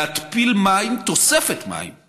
להתפיל מים, תוספת מים,